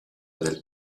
del